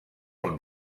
from